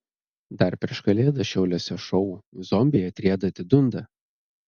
dar prieš kalėdas šiauliuose šou zombiai atrieda atidunda